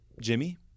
Jimmy